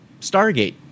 Stargate